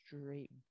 straight